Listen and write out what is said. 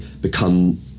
become